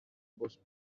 ambos